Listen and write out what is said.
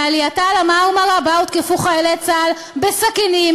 מעלייתה על ה"מרמרה" שבה הותקפו חיילי צה"ל בסכינים